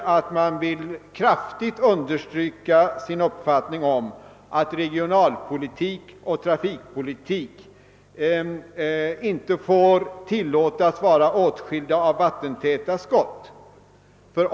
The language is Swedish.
Man ville bestämt understryka som sin uppfattning att regionalpolitik och trafikpolitik inte får vara åtskilda som vattentäta skott.